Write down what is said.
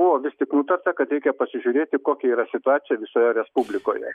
buvo vis tik nutarta kad reikia pasižiūrėti kokia yra situacija visoje respublikoje